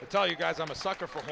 to tell you guys i'm a sucker for